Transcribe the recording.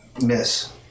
miss